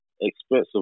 expensive